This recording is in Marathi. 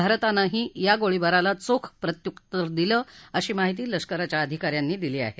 भारतानंही या गोळीबाराला चोख प्रत्युत्तर दिलं अशी माहिती लष्कराच्या अधिकाऱ्यांनी दिली आहे